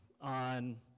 on